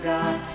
God